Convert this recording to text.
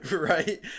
Right